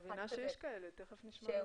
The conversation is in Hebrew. אני מבינה שיש כאלה, תכף נשמע.